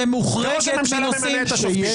וראש הממשלה ממנה את השופטים.